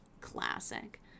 classic